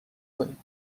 کنید